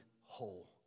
whole